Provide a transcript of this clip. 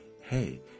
Hey